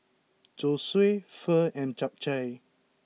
Zosui Pho and Japchae